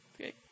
Okay